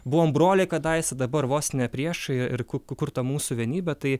buvom broliai kadaise dabar vos ne priešai ir ku kur ta mūsų vienybė tai